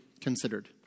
considered